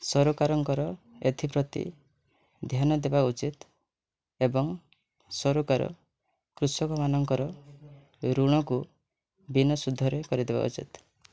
ସରକାରଙ୍କର ଏଥିପ୍ରତି ଧ୍ୟାନ ଦେବା ଉଚିତ୍ ଏବଂ ସରକାର କୃଷକମାନଙ୍କର ଋଣକୁ ବିନା ସୁଧରେ କରିଦେବା ଉଚିତ୍